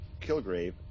Kilgrave